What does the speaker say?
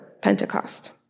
Pentecost